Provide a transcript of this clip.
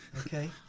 Okay